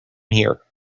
here